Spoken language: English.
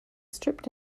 stripped